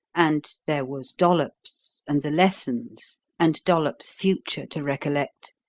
and there was dollops and the lessons and dollops' future to recollect,